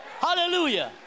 Hallelujah